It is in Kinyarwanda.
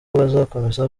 bazakomeza